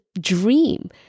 dream